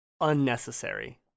unnecessary